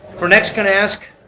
we're next going to ask,